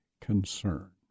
concern